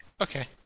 Okay